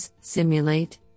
Simulate